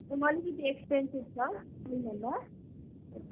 उमा अलिकति एक्सपेन्सिभ छ मोमो